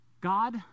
God